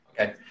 Okay